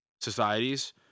societies